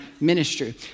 ministry